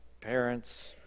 parents